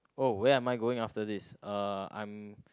oh where am I going after this uh I'm